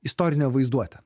istorinė vaizduotė